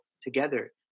together